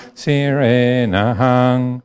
sirenahang